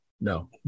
No